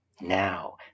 now